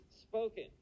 spoken